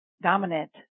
dominant